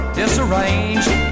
disarranged